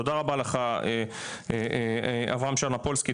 תודה רבה לך ד"ר אברהם שרנופולסקי,